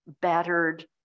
battered